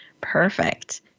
Perfect